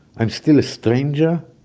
i am still a stranger,